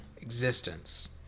existence